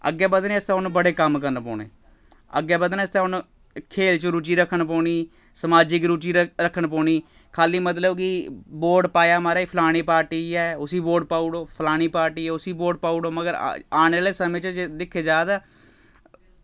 अग्गें बधने आस्तै उ'न्न बड़े कम्म करने पौने अग्गें बधने आस्तै उ'न्न खेल च रुचि रक्खन पौनी समाजक रुचि र रक्खन पौनी खाल्ली मतलब की वोट पाया म्हाराज फलानी पार्टी ऐ उसी वोट पाई ओड़ो फलानी पार्टी ऐ उसी वोट पाई ओड़ो मगर औने आह्ले समें च जे दिक्खेआ जा ते